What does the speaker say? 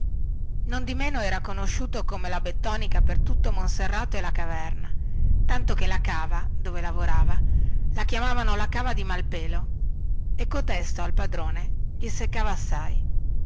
capo nondimeno era conosciuto come la bettonica per tutto monserrato e la carvana tanto che la cava dove lavorava la chiamavano la cava di malpelo e cotesto al padrone gli seccava assai